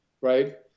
right